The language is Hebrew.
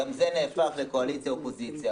וגם זה נהפך לקואליציה-אופוזיציה.